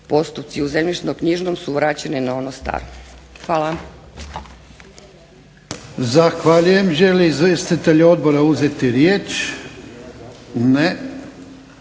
postupci u zemljišno-knjižnom su vraćeni na ono staro. Hvala.